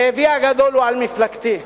כאבי הגדול הוא על מפלגתי.